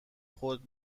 خود